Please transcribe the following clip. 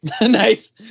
nice